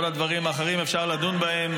כל הדברים האחרים אפשר לדון בהם,